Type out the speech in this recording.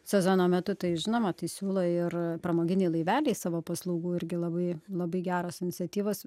sezono metu tai žinoma tai siūlo ir pramoginiai laiveliai savo paslaugų irgi labai labai geros iniciatyvos